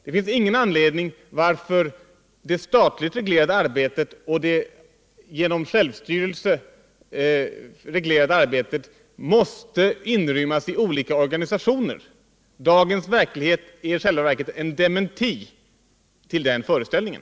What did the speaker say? Det finns ingen anledning att anse att det statligt reglerade arbetet och självstyrelsen måste inrymmas i olika organisationer. Dagens verklighet i kommunerna är i själva verket en dementi av den föreställningen.